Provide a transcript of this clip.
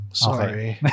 sorry